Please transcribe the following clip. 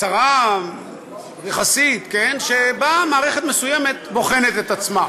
קצרה יחסית, שבה מערכת מסוימת בוחנת את עצמה.